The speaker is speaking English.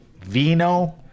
Vino